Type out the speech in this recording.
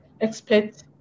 expert